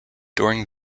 during